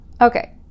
Okay